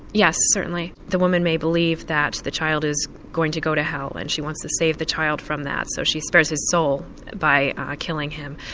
yes certainly, the woman may believe that the child is going to go to hell and she wants to save the child from that, so she spares his soul by killing him.